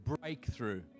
breakthrough